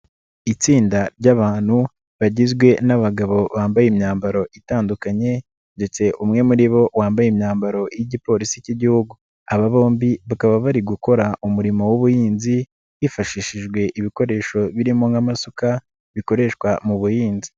Itsinda ry'abantu bagizwe n'abagabo bambaye imyambaro itandukanye, ndetse umwe muri bo wambaye imyambaro y'igipolisi k'igihugu, aba bombi bakaba bari gukora umurimo w'ubuhinzi hifashishijwe ibikoresho birimo nk'amasuka, bikoreshwa mu buhinzi.